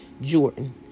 Jordan